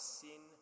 sin